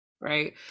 right